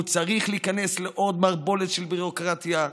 הוא צריך להיכנס לעוד מערבולת של ביורוקרטיה,